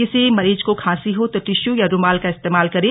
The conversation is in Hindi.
किसी मरीज को खांसी हो तो टिशू या रूमाल का इस्तेमाल करें